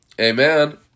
Amen